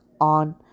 on